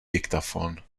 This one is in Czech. diktafon